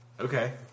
Okay